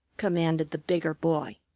commanded the bigger boy.